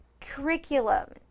curriculum